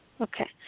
Okay